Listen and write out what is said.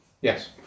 Yes